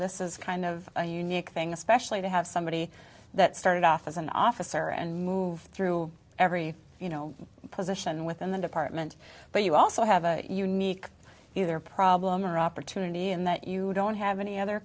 this is kind of a unique thing especially to have somebody that started off as an officer and move through every you know position within the department but you also have a unique either problem or opportunity in that you don't have any other